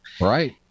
Right